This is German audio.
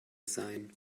sein